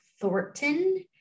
Thornton